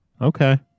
Okay